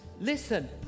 Listen